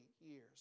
years